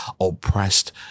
oppressed